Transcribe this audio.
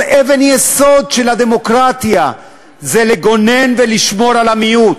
אבל אבן יסוד של הדמוקרטיה היא לגונן ולשמור על המיעוט.